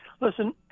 Listen